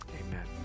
amen